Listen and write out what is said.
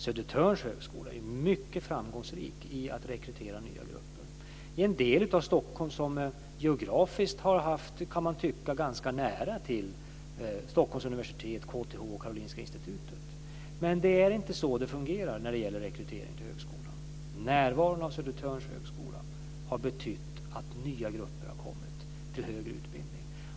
Södertörns högskola är mycket framgångsrik i att rekrytera nya grupper i en del av Stockholm där människor geografiskt har haft, kan man tycka, ganska nära till Stockholms universitet, KTH och Karolinska Institutet. Men det är inte så det fungerar när det gäller rekrytering till högskolan. Närvaron av Söderstörns högskola har betytt att nya grupper har kommit till högre utbildning.